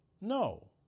No